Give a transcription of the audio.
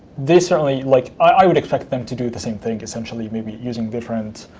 they certainly like i would expect them to do the same thing, essentially maybe using different